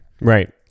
Right